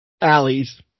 alleys